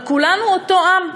אבל כולנו אותו עם.